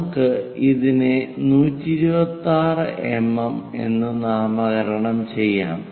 നമുക്ക് ഇതിനെ 126 എംഎം എന്ന് നാമകരണം ചെയ്യാം